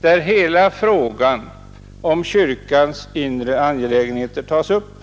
där hela frågan om kyrkans inre angelägenheter tas upp.